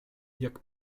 jak